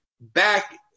back